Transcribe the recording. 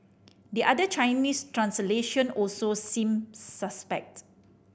the other Chinese translation also seems suspect